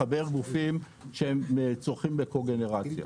לחבר גופים שצורכים בקוגנרציה.